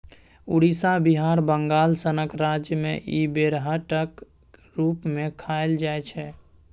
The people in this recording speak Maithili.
उड़ीसा, बिहार, बंगाल सनक राज्य मे इ बेरहटक रुप मे खाएल जाइ छै